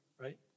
right